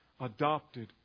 adopted